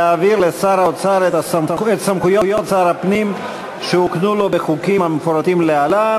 להעביר לשר האוצר את סמכויות שר הפנים שהוקנו לו בחוקים המפורטים להלן,